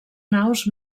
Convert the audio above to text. naus